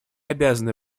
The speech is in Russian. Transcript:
обязаны